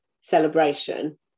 celebration